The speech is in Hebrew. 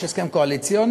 יש הסכם קואליציוני,